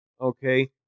okay